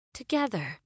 together